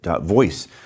voice